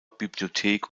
bibliothek